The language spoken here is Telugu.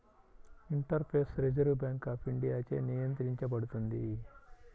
ఇంటర్ఫేస్ రిజర్వ్ బ్యాంక్ ఆఫ్ ఇండియాచే నియంత్రించబడుతుంది